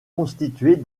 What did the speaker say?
constituée